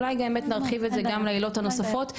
אולי באמת נרחיב את זה גם לעילות הנוספות,